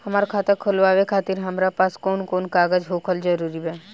हमार खाता खोलवावे खातिर हमरा पास कऊन कऊन कागज होखल जरूरी बा?